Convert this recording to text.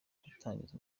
gutangiza